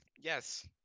Yes